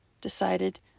decided